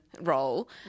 role